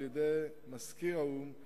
על-ידי מזכיר האו"ם,